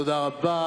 תודה רבה.